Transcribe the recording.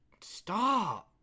stop